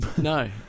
No